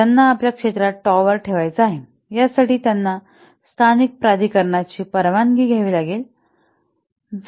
तर त्यांना आपल्या क्षेत्रात टॉवर ठेवायचा आहे यासाठी त्यांना स्थानिक प्राधिकरणाची परवानगी घ्यावी लागेल